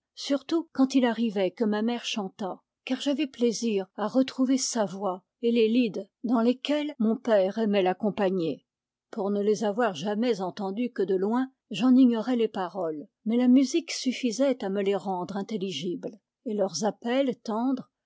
surtout quand il arrivait que ma mère chantât car j'avais plaisir à retrouver sa voix et les lieds dans lesquels mon père aimait l'accompagner pouy ne les avoir jamais entendus que de loin j en ignorais les paroles mais la musique suffisait à me les rendre intelligibles et leurs appels tendres